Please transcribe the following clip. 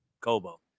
Kobo